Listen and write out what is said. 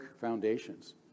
foundations